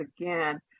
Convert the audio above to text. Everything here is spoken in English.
again